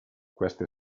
queste